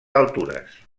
altures